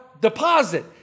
deposit